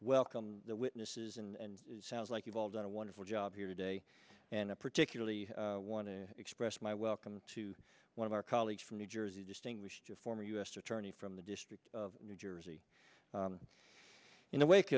welcome the witnesses and it sounds like you've all done a wonderful job here today and i particularly want to express my welcome to one of our colleagues from new jersey distinguished former u s attorney from the district of new jersey in the wake